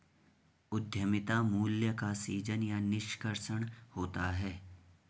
उद्यमिता मूल्य का सीजन या निष्कर्षण होता है